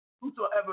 Whosoever